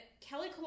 Kelly